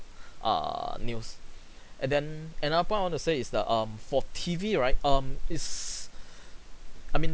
err news and then another point I want to say is that um for T_V right um is I mean